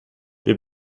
wir